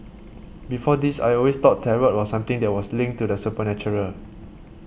before this I always thought Tarot was something that was linked to the supernatural